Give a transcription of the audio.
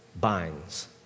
binds